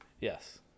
Yes